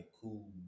cool